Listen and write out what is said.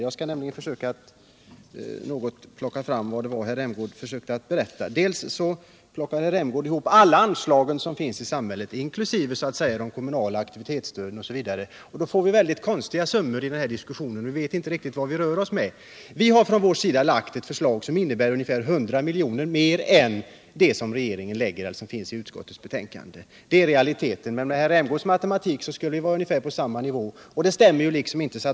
Jag skall försöka plocka fram något av det herr Rämgård försökte berätta. Han förde samman alla anslag från samhället, inkl. de kommunala aktivitetsstöden osv. Gör vi det får vi väldigt konstiga summor i diskussionen, och vi vet inte riktigt vilka begrepp vi har att röra oss med. Vi har lagt fram ett förslag som innebär ungefär 100 milj.kr. mer än regeringens förslag, som utskottet ställer sig bakom. Det är realiteten, men med herr Rämgårds matematik skulle vi vara på ungefär samma nivå, och det stämmer inte.